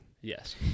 yes